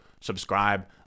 subscribe